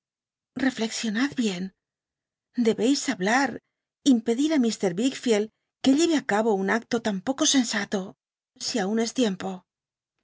bien dcbeis hablar impedit i mr wickfield que lleve á cabo un acto tan poco sensato si aun es tiempo